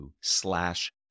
slash